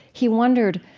he wondered,